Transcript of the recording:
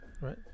Right